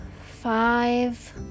five